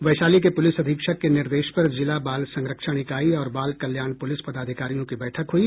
वैशाली के पुलिस अधीक्षक के निर्देश पर जिला बाल संरक्षण इकाई और बाल कल्याण पुलिस पदाधिकारियों की बैठक हुई